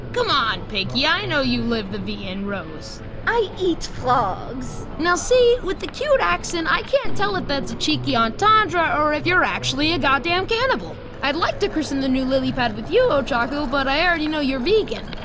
come on pinky, i know you live the vien rose. pinky i eat frogs. tsuyu now see, with the cute accent, i can't tell if that's a cheeky entendre, or if you're actually a goddamn cannibal! i'd like to christen the new lilly pad with you ochako, but i already know you're vegan.